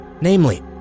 namely